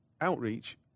outreach